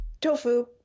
Tofu